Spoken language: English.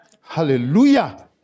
Hallelujah